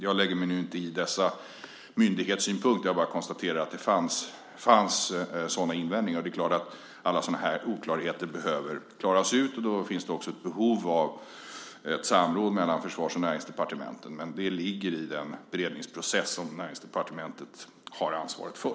Jag lägger mig inte i dessa myndighetssynpunkter utan jag bara konstaterar att det fanns sådana invändningar. Alla sådana här oklarheter behöver förstås klaras ut, och då finns det också ett behov av samråd mellan Försvars och Näringsdepartementen. Men detta ligger i den beredningsprocess som Näringsdepartementet har ansvaret för.